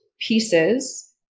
pieces